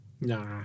nah